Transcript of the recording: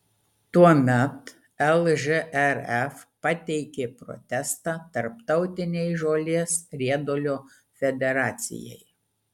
tuomet lžrf pateikė protestą tarptautinei žolės riedulio federacijai